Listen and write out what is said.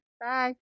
Bye